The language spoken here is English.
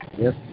Yes